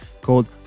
called